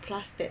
plus that